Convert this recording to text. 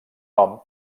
nom